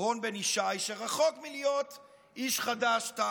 רון בן ישי, שרחוק מלהיות איש חד"ש-תע"ל,